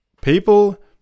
people